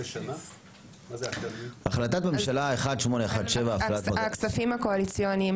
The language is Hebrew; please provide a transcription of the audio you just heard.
החלטת ממשלה 1817. הכספים הקואליציוניים